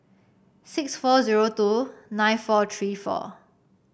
six four zero two nine four three four